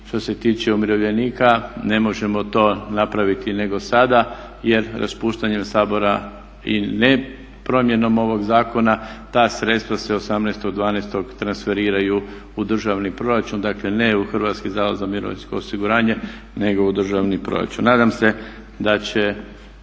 što se tiče umirovljenika ne možemo to napraviti nego sada jer raspuštanjem Sabora i ne promjenom ovoga zakona ta sredstva se 18.12. transferiraju u državni proračun, dakle ne u Hrvatski zavod za mirovinsko osiguranje nego u državni proračun.